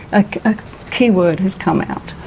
a key word has come out,